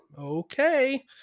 okay